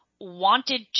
wanted